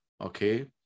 Okay